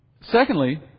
secondly